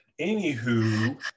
Anywho